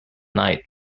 night